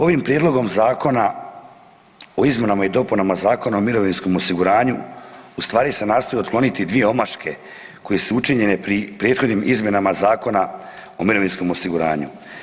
Ovim Prijedlogom zakona o izmjenama i dopunama Zakona o mirovinskom osiguranja u stvari se nastoje otkloniti dvije omaške koje su učinjene prethodnim izmjenama Zakona o mirovinskom osiguranju.